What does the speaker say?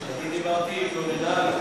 כשאני דיברתי היא התלוננה עלי.